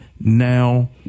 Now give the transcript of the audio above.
now